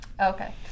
Okay